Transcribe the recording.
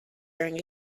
during